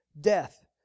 death